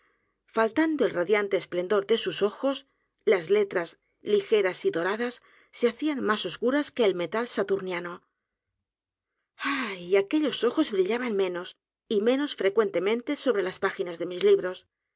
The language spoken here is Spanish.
faltando el radiante esplendor de sus ojos las letras ligeras y doradas se hacían más oscuras que el metal saturniano a h y aquellos ojos brillaban menos y menos frecuentemente sobre las páginas de mis libros